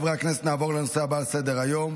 נעבור לנושא הבא על סדר-היום: